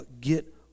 get